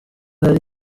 hari